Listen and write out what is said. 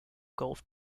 golf